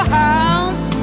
house